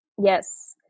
Yes